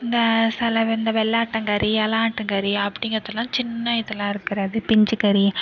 இந்த செலவு இந்த வெள்ளாட்டங்கறி இள ஆட்டங்கறி அப்படிங்கறதுலாம் சின்ன இதில் இருக்கிறது பிஞ்சு கறி